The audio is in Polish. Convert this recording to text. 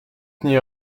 nie